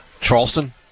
Charleston